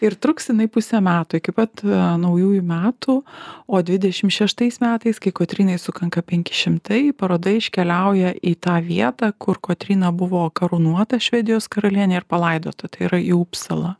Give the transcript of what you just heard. ir truks jinai pusę metų iki pat naujųjų metų o dvidešim šeštais metais kai kotrynai sukanka penki šimtai paroda iškeliauja į tą vietą kur kotryna buvo karūnuota švedijos karaliene ir palaidota tai yra į upsalą